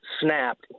snapped